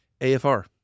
AFR